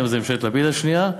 היום זו ממשלת לפיד השנייה,